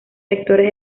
vectores